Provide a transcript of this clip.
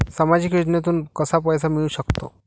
सामाजिक योजनेतून कसा पैसा मिळू सकतो?